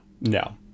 no